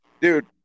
Dude